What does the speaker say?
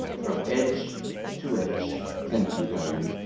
from edge to edge. thank you, kyrie.